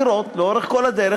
לראות לאורך כל הדרך,